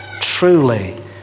truly